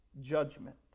judgment